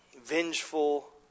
vengeful